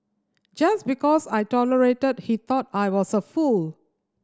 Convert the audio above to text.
just because I tolerated he thought I was a fool